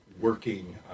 working